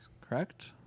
correct